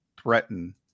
threaten